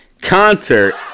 concert